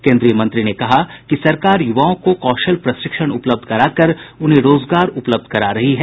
केन्द्रीय मंत्री ने कहा कि सरकार युवाओं को कौशल प्रशिक्षण उपलब्ध कराकर उन्हें रोजगार उपलब्ध करा रही है